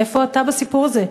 איפה אתה בסיפור הזה?